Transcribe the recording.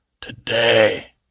Today